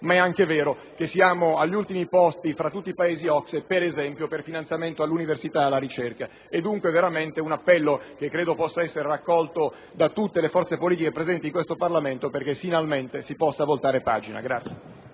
ma è anche vero che siamo agli ultimi posti, fra tutti i Paesi OCSE, per esempio per i finanziamenti destinati all'università e alla ricerca. Il mio è dunque un appello che credo possa essere raccolto da tutte le forze politiche presenti in questo Parlamento perché finalmente si possa voltare pagina.